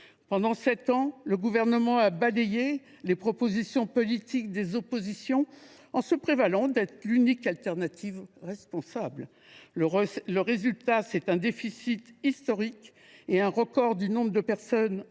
Pendant sept ans, l’exécutif a balayé les propositions politiques des oppositions en se prévalant d’être l’unique option responsable. Le résultat, c’est un déficit historique et un nombre record de personnes en